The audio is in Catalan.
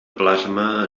plasma